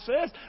says